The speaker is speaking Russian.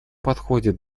подходит